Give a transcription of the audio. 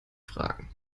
fragen